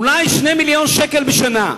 אולי 2 מיליון שקל בשנה.